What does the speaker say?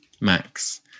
Max